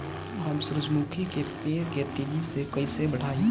हम सुरुजमुखी के पेड़ के तेजी से कईसे बढ़ाई?